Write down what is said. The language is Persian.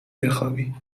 بخوابی